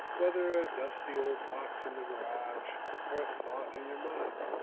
whether a dusty old box in the garage or a thought in your mind,